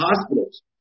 hospitals